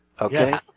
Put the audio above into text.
Okay